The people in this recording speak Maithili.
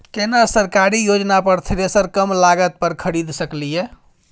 केना सरकारी योजना पर थ्रेसर कम लागत पर खरीद सकलिए?